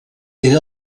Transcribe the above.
era